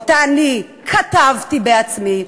שכתבתי בעצמי,